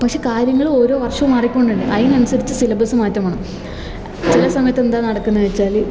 പക്ഷെ കാര്യങ്ങള് ഓരോ വർഷവും മാറി കൊണ്ടുണ്ട് അതിനനുസരിച്ച് സിലബസ് മാറ്റം വേണം ചില സമയത്ത് എന്താ നടക്കുന്നത് വെച്ചാല്